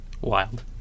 Wild